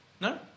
No